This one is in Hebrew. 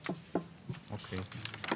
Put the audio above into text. אוקיי.